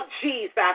Jesus